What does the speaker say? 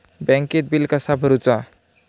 बँकेत बिल कसा भरुचा?